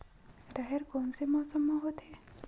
राहेर कोन से मौसम म होथे?